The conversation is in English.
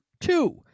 two